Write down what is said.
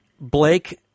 Blake